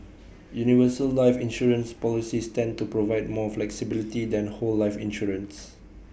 universal life insurance policies tend to provide more flexibility than whole life insurance